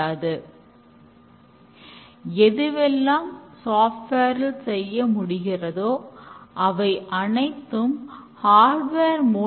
மேலும் எப்பொழுது எல்லாம் எந்த பாதையில் செல்வது என்ற குழப்பம் வரும் போது இது ஸ்பைக் தீர்வை தருகிறது